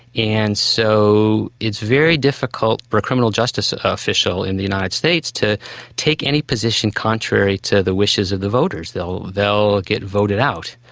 and so it's very difficult for a criminal justice official in the united states to take any position contrary to the wishes of the voters, they'll they'll get voted out.